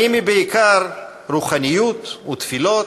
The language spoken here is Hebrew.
האם היא בעיקר רוחניות ותפילות,